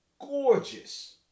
gorgeous